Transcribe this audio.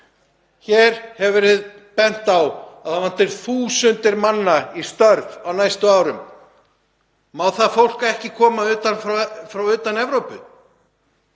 Hér hefur verið bent á að það vanti þúsundir manna í störf á næstu árum. Má það fólk ekki koma utan Evrópu?